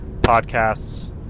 podcasts